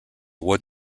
wood